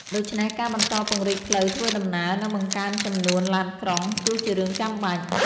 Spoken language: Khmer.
ដូច្នេះ ការបន្តពង្រីកផ្លូវធ្វើដំណើរ និងបង្កើនចំនួនឡានក្រុង គឺជារឿងចាំបាច់។